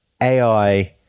ai